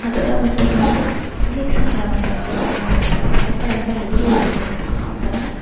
அதோட மட்டும் இல்லாமல் தயிர் சாதம் நம்ம கிளர்றதுக்கு சாப்பிட வந்து அழிய வடித்து எடுத்துக்கணும் அப்போதான்